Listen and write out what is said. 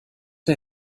der